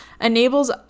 enables